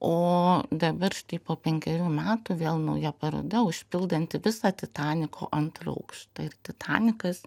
o dabar štai po penkerių metų vėl nauja paroda užpildanti visą titaniko antrą aukštą ir titanikas